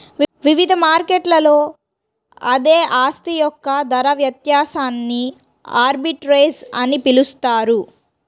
వివిధ మార్కెట్లలో అదే ఆస్తి యొక్క ధర వ్యత్యాసాన్ని ఆర్బిట్రేజ్ అని పిలుస్తారు